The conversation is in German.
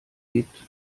gibt